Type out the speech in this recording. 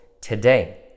today